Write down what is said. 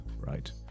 right